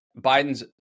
Biden's